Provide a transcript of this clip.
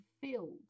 filled